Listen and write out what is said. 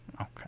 Okay